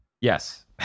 Yes